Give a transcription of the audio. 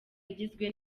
igizwe